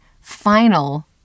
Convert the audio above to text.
final